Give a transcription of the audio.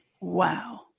wow